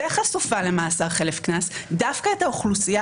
וחשופה למאסר חלף קנס דווקא את האוכלוסייה